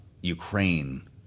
Ukraine